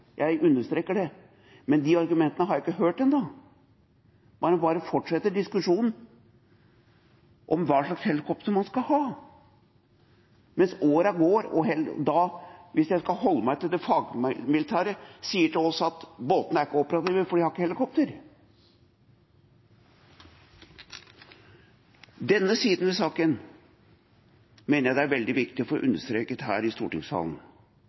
Jeg understreker det. Men de argumentene har jeg ikke hørt ennå. Man bare fortsetter diskusjonen om hva slags helikopter man skal ha, mens årene går og man sier til oss – hvis jeg skal holde meg til det fagmilitære språket – at båtene er ikke operative, for man har ikke helikopter. Denne siden ved saken mener jeg det er veldig viktig å få understreket her i stortingssalen,